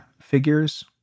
figures